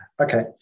Okay